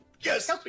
yes